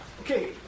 Okay